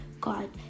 God